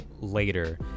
later